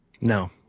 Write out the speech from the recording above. No